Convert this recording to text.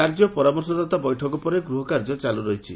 କାର୍ଯ୍ୟ ପରାମର୍ଶଦାତା ବୈଠକ ପରେ ଗୃହ କାର୍ଯ୍ୟ ଚାଲୁ ରହିଛି